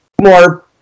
more